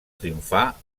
triomfar